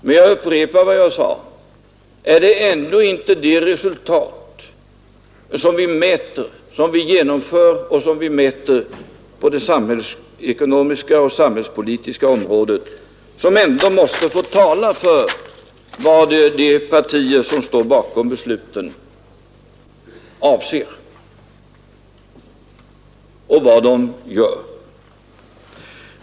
Men jag upprepar min fråga: Är det inte vad vi genomför och kan mäta på det samhällsekonomiska och samhällspolitiska området som ändå måste få tala för vad de partier som står bakom besluten anser och vad de gör?